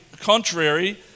contrary